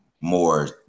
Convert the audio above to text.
more